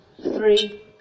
three